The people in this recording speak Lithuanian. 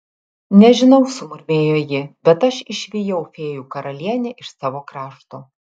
nežinau sumurmėjo ji bet aš išvijau fėjų karalienę iš savo krašto